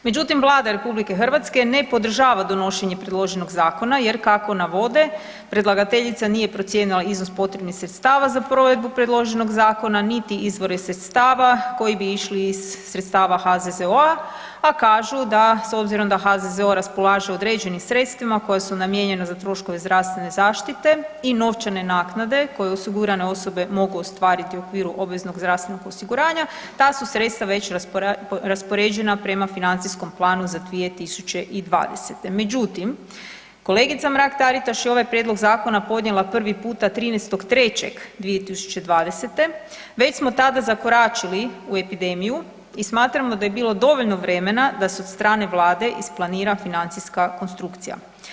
Međutim Vlada RH ne podržava donošenje predloženog zakona jer kako navode, predlagateljica nije procijenila iznos potrebnih sredstava za provedbu predloženog zakona, niti izvore sredstava koji bi išli iz sredstava HZZO-a a kažu da s obzirom da HZZO raspolaže određenim sredstvima koja su namijenjena za troškove zdravstvene zaštite i novčane naknade koje osigurane osobe mogu ostvariti u okviru obveznog zdravstvenog osiguranja, ta su sredstva već raspoređena prema financijskom planu za 2020. međutim kolegica Mrak-Taritaš je ovaj prijedlog zakona podnijela prvi puta 13. 3. 2020., već smo tada zakoračili u epidemiju i smatramo da je bilo dovoljno vremena da se sa strane Vlade isplanira financijska konstrukcija.